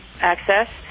access